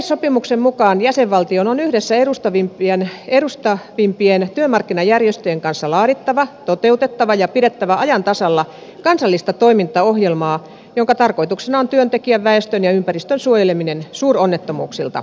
yleissopimuksen mukaan jäsenvaltion on yhdessä edustavimpien työmarkkinajärjestöjen kanssa laadittava toteutettava ja pidettävä ajan tasalla kansallista toimintaohjelmaa jonka tarkoituksena on työntekijän väestön ja ympäristön suojeleminen suuronnettomuuksilta